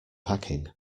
packing